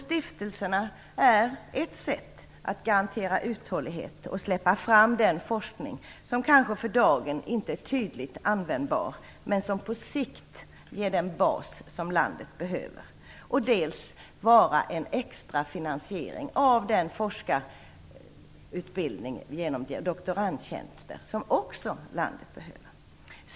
Stiftelserna är ett sätt att garantera uthållighet och att släppa fram den forskning som kanske för dagen inte är tydligt användbar men som på sikt ger den bas som landet behöver. De bidrar också till en extra finansiering av forskarutbildningen genom doktorandtjänster som landet också behöver.